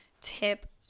tip